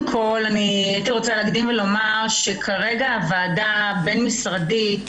הייתי רוצה להוסיף לגבי איזוק אלקטרוני.